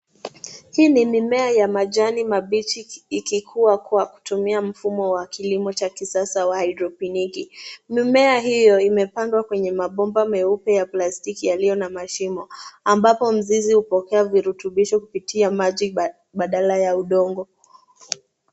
Hii ni mimea ya majani mabichi ikikuwa kwa kutumia mfumo wa kilimo cha kisasa wa haidroponiki. Mimea hiyo imepandwa kwenye mabomba meupe ya plastiki yaliyo na mashimo ambapo mzizi hupokea virutubisho kupitia maji badala ya udongo.